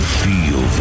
feel